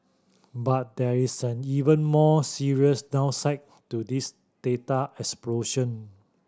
but there is an even more serious downside to this data explosion